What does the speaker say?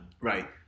Right